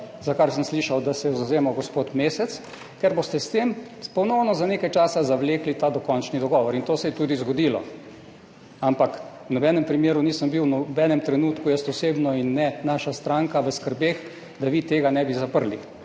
za kar sem slišal, da se je zavzemal gospod Mesec, ker boste s tem ponovno za nekaj časa zavlekli ta dokončni dogovor In to se je tudi zgodilo, ampak v nobenem primeru nisem bil v nobenem trenutku jaz osebno in ne naša stranka v skrbeh, da vi tega ne bi zaprli,